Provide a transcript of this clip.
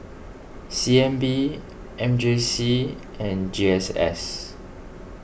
C N B M J C and G S S